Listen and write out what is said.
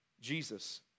Jesus